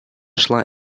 шла